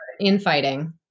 infighting